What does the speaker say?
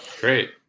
Great